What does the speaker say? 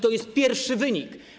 To jest pierwszy wynik.